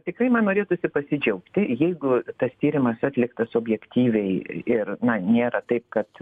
tikrai man norėtųsi pasidžiaugti jeigu tas tyrimas atliktas objektyviai ir na nėra taip kad